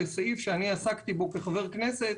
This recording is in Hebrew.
לסעיף שעסקתי בו כחבר כנסת,